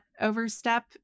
overstep